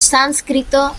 sánscrito